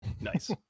Nice